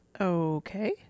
Okay